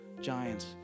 giants